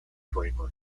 drapery